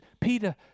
Peter